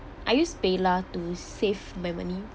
I use paylah to save my money